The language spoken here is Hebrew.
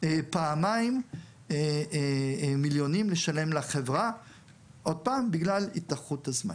פעמיים מיליונים לשלם לחברה בגלל התארכות הזמן.